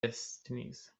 destinies